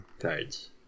cards